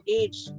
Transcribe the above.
age